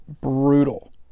brutal